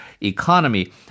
economy